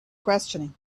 questioning